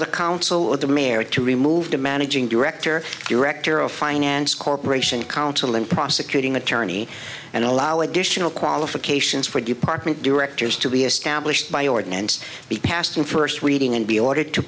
the council of the mayor to remove the managing director director of finance corporation council and prosecuting attorney and allow additional qualifications for department directors to be established by ordinance be passed in first reading and be ordered to